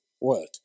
world